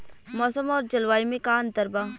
मौसम और जलवायु में का अंतर बा?